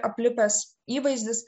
aplipęs įvaizdis